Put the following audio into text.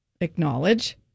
acknowledge